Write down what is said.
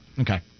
Okay